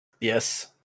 yes